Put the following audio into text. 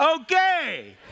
Okay